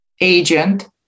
agent